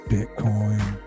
Bitcoin